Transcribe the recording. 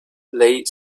lay